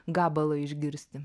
gabalą išgirsti